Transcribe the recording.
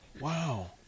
Wow